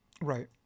Right